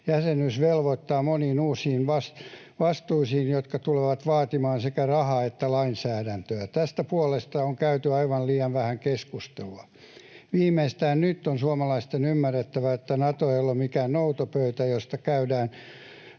Jäsenyys velvoittaa moniin uusiin vastuisiin, jotka tulevat vaatimaan sekä rahaa että lainsäädäntöä. Tästä puolesta on käyty aivan liian vähän keskustelua. Viimeistään nyt on suomalaisten ymmärrettävä, että Nato ei ole mikään noutopöytä, josta käydään